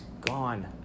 gone